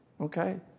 Okay